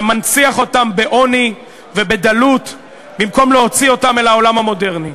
אתה מנציח אותם בעוני ובדלות במקום להוציא אותם אל העולם המודרני,